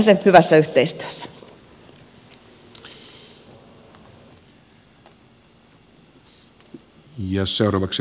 tehdään se hyvässä yhteistyössä